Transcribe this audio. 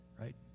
right